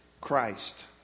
Christ